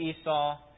Esau